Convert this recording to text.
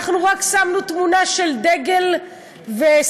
אנחנו רק שמנו תמונה של דגל וסכין,